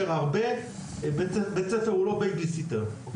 בית הספר הוא לא בייביסיטר של התלמידים.